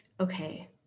okay